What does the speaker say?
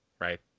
right